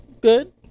good